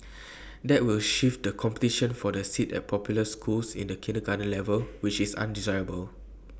that will shift the competition for A seat at popular schools to the kindergarten level which is undesirable